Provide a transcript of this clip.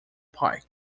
pike